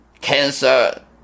cancer